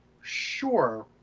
sure